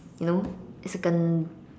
you know it's like a